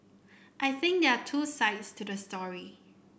I think there are two sides to the story